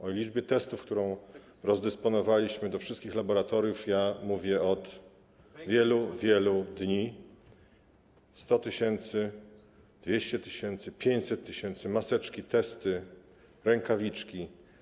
O liczbie testów, które rozdysponowaliśmy do wszystkich laboratoriów, mówię od wielu, wielu dni: 100 tys., 200 tys., 500 tys., maseczki, testy, rękawiczki.